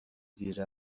دیر